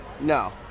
No